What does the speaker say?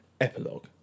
Epilogue